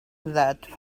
that